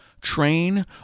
train